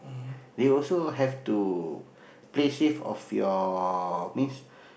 they also have to play safe of your means